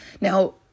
Now